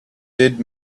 did